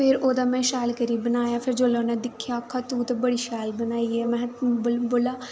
फिर ओह्दा में शैल करियै बनाया फिर जोल्लै उ'नें दिक्खेआ आखा तूं ते बड़ी शैल बनाई ऐ महा बोला